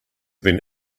been